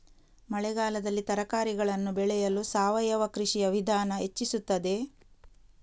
ಮಳೆಗಾಲದಲ್ಲಿ ತರಕಾರಿಗಳನ್ನು ಬೆಳೆಯಲು ಸಾವಯವ ಕೃಷಿಯ ವಿಧಾನ ಹೆಚ್ಚಿಸುತ್ತದೆ?